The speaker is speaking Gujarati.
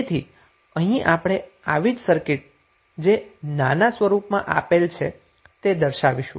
તેથી અહીં આપણે આવી જ સર્કિટ જે નાના સ્વરૂપમાં આપેલ છે તે રીતે દર્શાવીશું